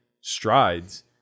strides